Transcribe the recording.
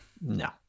No